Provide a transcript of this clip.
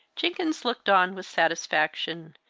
jenkins looked on with satisfaction,